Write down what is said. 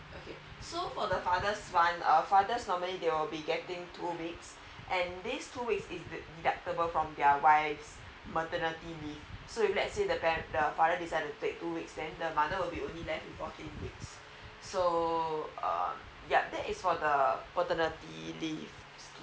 okay so for the father's one uh fathers normally they will be getting two weeks and this two weeks is deductible from their wives maternity leaves so if let's say the father decided to take two weeks then the mother will only be left with fourteen weeks so uh yup that is for the paternity leaves uh